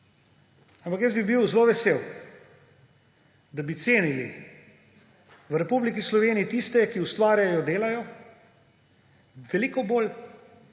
ampak jaz bi bil zelo vesel, da bi veliko bolj cenili v Republiki Sloveniji tiste, ki ustvarjajo, delajo; in veliko manj